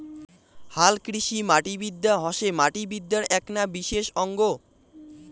হালকৃষিমাটিবিদ্যা হসে মাটিবিদ্যার এ্যাকনা বিশেষ অঙ্গ